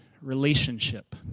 relationship